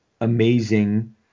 amazing